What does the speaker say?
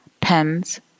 Pens